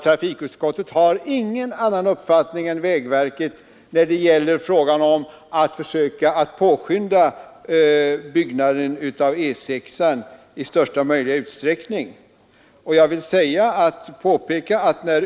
Trafikutskottet har ingen annan uppfattning än vägverket i frågan om att i största möjliga utsträckning försöka påskynda utbyggnaden av E 6.